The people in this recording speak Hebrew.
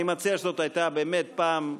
אני מציע, זאת הייתה באמת פעם אחרונה,